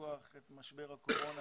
לשכוח את משבר הקורונה,